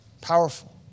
Powerful